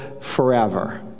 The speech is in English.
forever